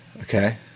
Okay